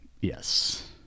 Yes